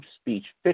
speech